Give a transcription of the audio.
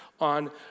on